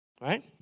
Right